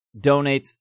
donates